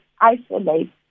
isolate